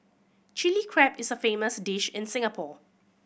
Chilli Crab is a famous dish in Singapore